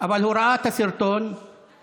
אבל הוא ראה את הסרטון ואמר: